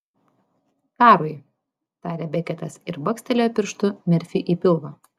karui tarė beketas ir bakstelėjo pirštu merfiui į pilvą